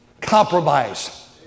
compromise